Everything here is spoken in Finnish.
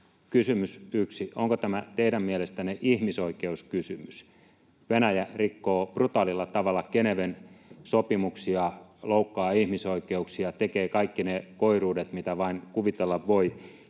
kysymys 1: Onko tämä teidän mielestänne ihmisoikeuskysymys? Venäjä rikkoo brutaalilla tavalla Geneven sopimuksia, loukkaa ihmisoikeuksia, tekee kaikki ne koiruudet, mitä vain kuvitella voi,